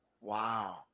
Wow